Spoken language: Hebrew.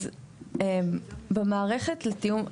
אז במערכת לתיאום,